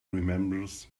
remembers